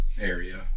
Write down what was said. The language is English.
area